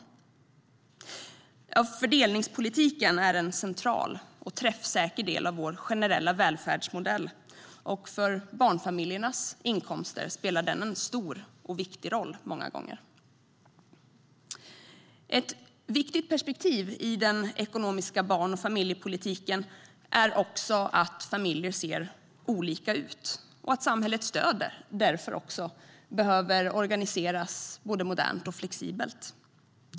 Fördelningspolitiken är alltså en central och träffsäker del av vår generella välfärdsmodell, och för barnfamiljernas inkomster spelar den många gånger en stor och viktig roll. Ett viktigt perspektiv i den ekonomiska barn och familjepolitiken är också att familjer ser olika ut och att samhällets stöd därför behöver organiseras modernt och flexibelt.